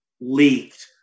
leaked